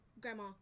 grandma